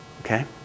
okay